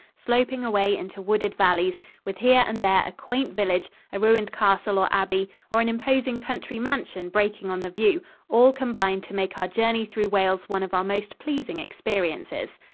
sloping away into wooded valleys, with here and there a quaint village, a ruined castle or abbey, or an imposing country mansion breaking on the view all combined to make our journey through wales one of our most pleasing experiences.